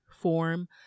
form